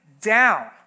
down